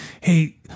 hey